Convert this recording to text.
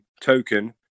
token